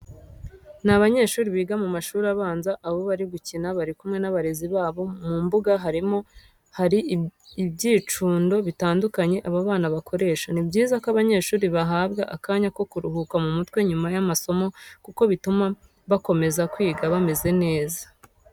Ni abanyeshuri biga mu mashuri abanza aho bari gukina, bari kumwe n'abarezi babo. Mu mbuga barimo hari ibyicundo bitandukanye aba bana bakoresha. Ni byiza ko abanyeshuri bahabwa akanya ko kuruhura mu mutwe nyuma y'amasomo kuko bituma bakomeza kwiga bameze neza.